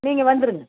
நீங்கள் வந்துடுங்க